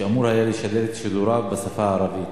שאמור היה לשדר את שידוריו בשפה הערבית.